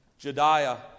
Jediah